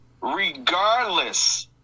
Regardless